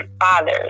fathers